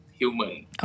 Human